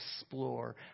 explore